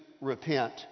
repent